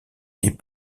les